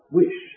wish